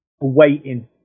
waiting